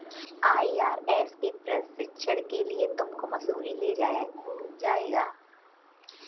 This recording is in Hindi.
आई.आर.एस के प्रशिक्षण के लिए तुमको मसूरी ले जाया जाएगा